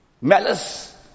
malice